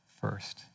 first